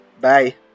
bye